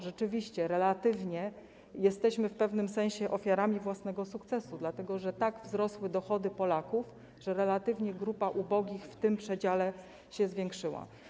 Rzeczywiście relatywnie jesteśmy w pewnym sensie ofiarami własnego sukcesu, dlatego że tak wzrosły dochody Polaków, że relatywnie grupa ubogich w tym przedziale się zwiększyła.